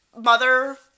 mother